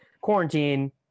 quarantine